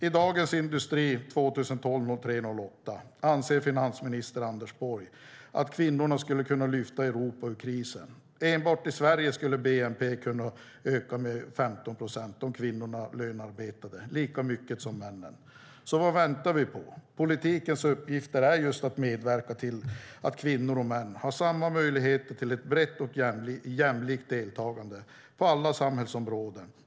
I Dagens Industri den 8 mars 2012 säger finansminister Anders Borg att kvinnorna skulle kunna lyfta Europa ur krisen. Enbart i Sverige skulle bnp kunna öka med 15 procent om kvinnorna lönearbetade lika mycket som männen. Så vad väntar vi på? Politikens uppgifter är just att medverka till att kvinnor och män har samma möjligheter till ett brett och jämlikt deltagande på alla samhällsområden.